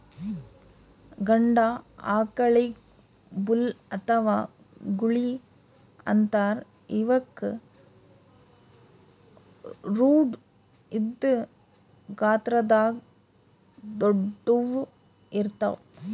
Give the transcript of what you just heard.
ಗಂಡ ಆಕಳಿಗ್ ಬುಲ್ ಅಥವಾ ಗೂಳಿ ಅಂತಾರ್ ಇವಕ್ಕ್ ಖೋಡ್ ಇದ್ದ್ ಗಾತ್ರದಾಗ್ ದೊಡ್ಡುವ್ ಇರ್ತವ್